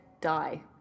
die